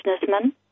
businessman